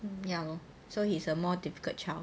ya lor so he's a more difficult child